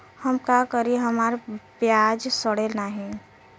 हम का करी हमार प्याज सड़ें नाही?